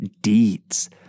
deeds